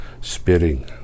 spitting